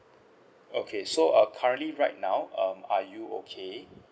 okay so err currently right now um are you okay